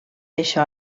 això